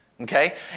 Okay